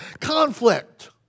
conflict